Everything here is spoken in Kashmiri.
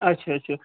اَچھا اَچھا